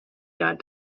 got